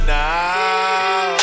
now